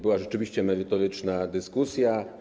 Była rzeczywiście merytoryczna dyskusja.